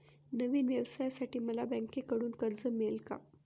नवीन व्यवसायासाठी मला बँकेकडून कर्ज मिळेल का?